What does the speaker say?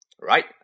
Right